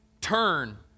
turn